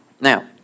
Now